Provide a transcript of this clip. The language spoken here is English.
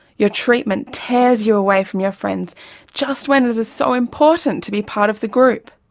your treatment tears you away from your friends just when it is so important to be part of the group.